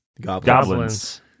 goblins